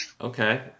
okay